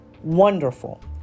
wonderful